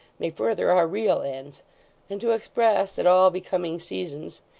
may further our real ends and to express at all becoming seasons,